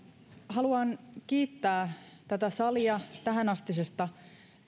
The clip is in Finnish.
haluan kiittää tätä salia tähänastisesta